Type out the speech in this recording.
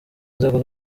nzego